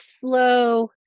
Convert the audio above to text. slow